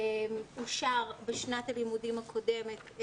אושר בשנת הלימודים הקודמת,